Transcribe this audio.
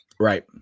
right